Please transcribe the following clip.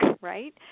Right